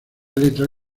letra